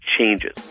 changes